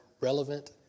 relevant